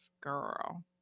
girl